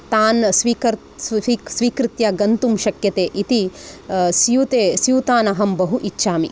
तान् स्वीकर् स्वीकृत्य गन्तुं शक्यते इति स्यूते स्यूतान् अहं बहु इच्छामि